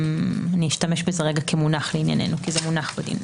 אשתמש בזה כמונח לענייננו כי זה מונח בדיון.